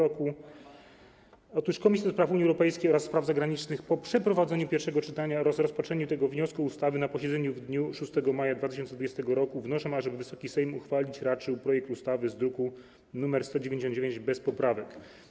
Otóż komisje: Komisja do Spraw Unii Europejskiej oraz Komisja Spraw Zagranicznych, po przeprowadzeniu pierwszego czytania oraz rozpatrzeniu tego projektu ustawy na posiedzeniu w dniu 6 maja 2020 r., wnoszą, ażeby Wysoki Sejm uchwalić raczył projekt ustawy z druku nr 199 bez poprawek.